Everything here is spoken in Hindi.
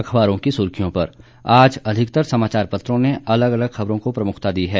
अखबारों की सुर्खियों आज अधिकतर समाचार पत्रों ने अलग अलग खबरों को प्रमुखता दी है